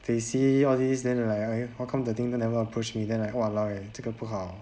they see all these then like eh how come the thing never approach me then like !walao! eh 这个不好